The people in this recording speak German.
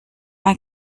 ein